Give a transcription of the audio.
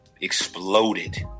exploded